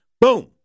boom